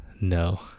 no